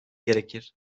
gerekir